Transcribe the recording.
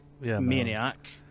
maniac